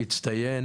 הצטיין